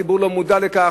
הציבור לא מודע לכך,